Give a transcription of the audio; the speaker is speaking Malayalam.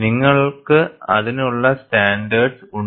നിങ്ങൾക്ക് അതിനുള്ള സ്റ്റാൻഡേർഡ്സ് ഉണ്ട്